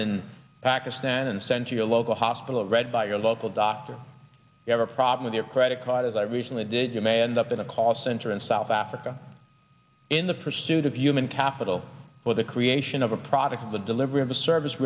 in pakistan and sent to your local hospital read by your local doctor you have a problem with your credit card as i recently did you may end up in a call center in south africa in the pursuit of human capital for the creation of a product of the delivery of the service